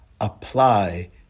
apply